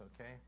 okay